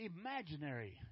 imaginary